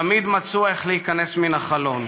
תמיד מצאו איך להיכנס מן החלון.